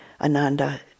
Ananda